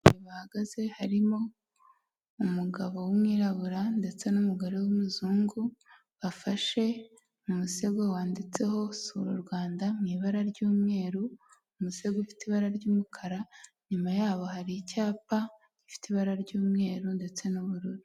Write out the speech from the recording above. Abantu bahagaze harimo umugabo w'umwirabura, ndetse n'umugore w'umuzungu bafashe umusego wanditseho sura u Rwanda mu ibara ry'umweru, umusego ufite ibara ry'umukara, nyuma yaho hari icyapa gifite ibara ry'umweru ndetse n'ubururu.